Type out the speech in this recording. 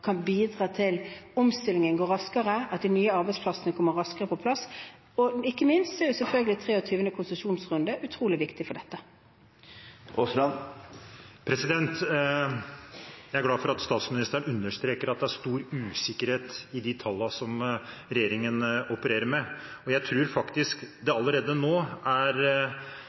selvfølgelig 23. konsesjonsrunde utrolig viktig for dette. Jeg er glad for at statsministeren understreker at det er stor usikkerhet i de tallene som regjeringen opererer med. Jeg tror faktisk at det